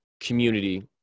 community